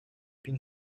been